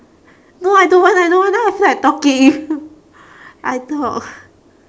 no I don't want I don't want now I feel like talking I talk